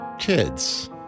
kids